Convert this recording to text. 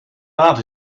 laat